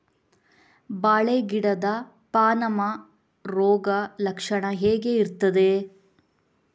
ಬಾಳೆ ಗಿಡದ ಪಾನಮ ರೋಗ ಲಕ್ಷಣ ಹೇಗೆ ಇರ್ತದೆ?